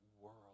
world